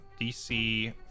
DC